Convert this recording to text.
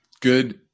good